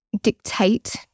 dictate